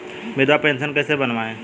विधवा पेंशन कैसे बनवायें?